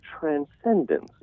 transcendence